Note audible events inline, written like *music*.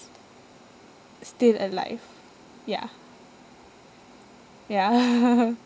still alive ya ya *laughs*